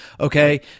Okay